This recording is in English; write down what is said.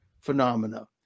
phenomena